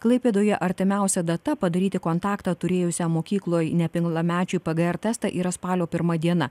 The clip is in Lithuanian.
klaipėdoje artimiausia data padaryti kontaktą turėjusiam mokykloj nepilnamečiui pgr testą yra spalio pirma diena